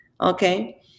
Okay